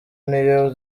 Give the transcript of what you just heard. n’iyo